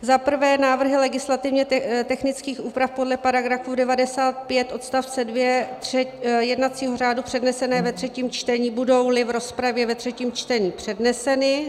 Za prvé návrhy legislativně technických úprav podle § 95 odst. 2 jednacího řádu přednesené ve třetím čtení, budouli v rozpravě ve třetím čtení předneseny.